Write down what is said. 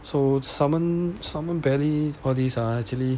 so salmon salmon belly all these are actually